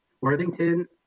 Worthington